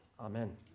Amen